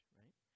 right